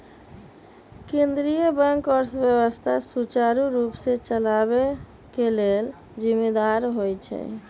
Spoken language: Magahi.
केंद्रीय बैंक अर्थव्यवस्था सुचारू रूप से चलाबे के लेल जिम्मेदार होइ छइ